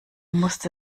musste